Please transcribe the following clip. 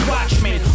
Watchmen